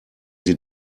sie